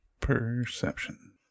Perception